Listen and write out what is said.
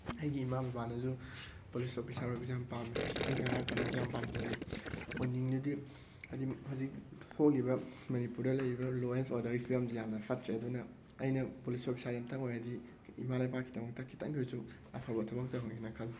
ꯑꯩꯒꯤ ꯏꯃꯥ ꯕꯕꯥꯅꯁꯨ ꯄꯨꯂꯤꯁ ꯑꯣꯐꯤꯁꯥꯔ ꯑꯣꯏꯕꯁꯦ ꯌꯥꯝ ꯄꯥꯝꯃꯦ ꯑꯩ ꯑꯉꯥꯡ ꯑꯣꯏꯔꯤꯀꯥꯟꯗꯩꯁꯨ ꯌꯥꯝ ꯄꯥꯝꯖꯔꯛꯏ ꯑꯣꯏꯅꯤꯡꯅꯗꯤ ꯍꯥꯏꯗꯤ ꯍꯧꯖꯤꯛ ꯊꯣꯛꯂꯤꯕ ꯃꯅꯤꯄꯨꯔꯗ ꯂꯩꯔꯤꯕ ꯂꯣ ꯑꯦꯟ ꯑꯣꯔꯗꯔꯒꯤ ꯐꯤꯕꯝꯁꯦ ꯌꯥꯝꯅ ꯐꯠꯇ꯭ꯔꯦ ꯑꯗꯨꯅ ꯑꯩꯅ ꯄꯨꯂꯤꯁ ꯑꯣꯐꯤꯁꯥꯔꯁꯤ ꯑꯝꯇꯪ ꯑꯣꯏꯔꯗꯤ ꯏꯃꯥ ꯂꯩꯕꯥꯛꯀꯤꯗꯃꯛꯇ ꯈꯤꯇꯪꯗ ꯑꯣꯏꯁꯨ ꯑꯐꯕ ꯊꯕꯛ ꯇꯧꯔꯝꯒꯦꯅ ꯈꯜꯂꯦ